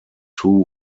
two